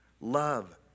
Love